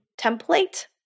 template